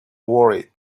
worried